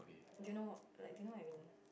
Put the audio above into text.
do you know like do you know what I mean